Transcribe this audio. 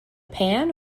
pan